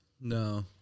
No